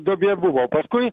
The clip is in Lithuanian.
duobė buvo o paskui